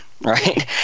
right